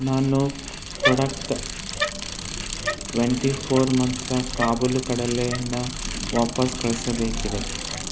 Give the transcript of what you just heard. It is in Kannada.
ನಾನು ಪ್ರೊಡಕ್ಟ್ ಟ್ವೆಂಟಿ ಫೋರ್ ಮಂತ್ರ ಕಾಬುಲಿ ಕಡಲೆನ ವಾಪಸ್ಸು ಕಳಿಸಬೇಕಿದೆ